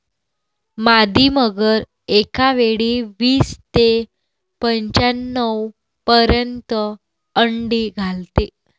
मादी मगर एकावेळी वीस ते पंच्याण्णव पर्यंत अंडी घालते